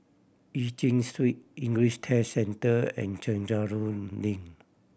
Eu Chin Street English Test Centre and Chencharu Link